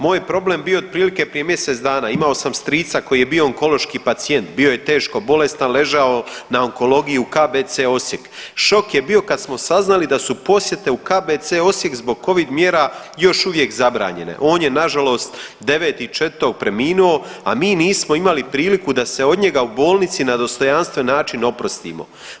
Moj problem je bio otprilike prije mjesec dana, imao sam strica koji je bio onkološki pacijent, bio je teško bolestan, ležao na onkologiji u KBC Osijek, šok je bio kad smo saznali da su posjete u KBC Osijek zbog covid mjera još uvijek zabranjene, on je nažalost 9.4. preminuo, a mi nismo imali priliku da se od njega u bolnici na dostojanstveni način oprostimo.